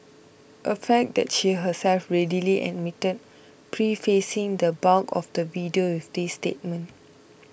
a fact that she herself readily admitted prefacing the bulk of the video with this statement